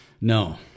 No